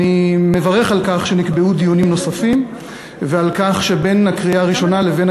אני מברך על כך שנקבעו דיונים נוספים ועל כך שבין הקריאה הראשונה לבין